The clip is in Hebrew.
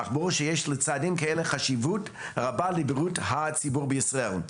אך ברור שיש לצעדים כאלה חשיבות רבה לבריאות הציבור בישראל.